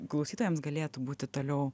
klausytojams galėtų būti toliau